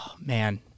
man